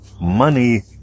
Money